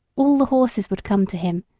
all the horses would come to him,